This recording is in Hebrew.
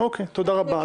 תודה רבה.